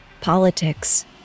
politics